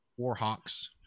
Warhawks